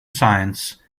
science